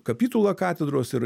kapitula katedros ir